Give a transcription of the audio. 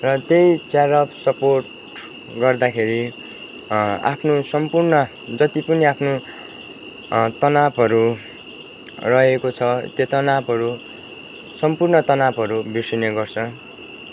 र त्यही cheer up support गर्दाखेरि आफ्नो सम्पूर्ण जति पनि आफ्नो तनावहरू रहेको छ त्यो तनावहरू सम्पूर्ण तनावहरू बिर्सिने गर्छ